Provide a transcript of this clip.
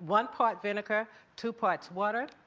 one part vinegar, two parts water.